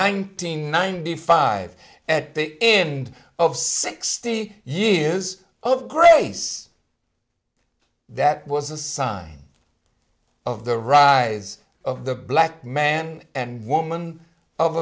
nineteen ninety five at the end of sixty years of grace that was a sign of the rise of the black man and woman of